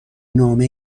نامه